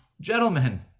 gentlemen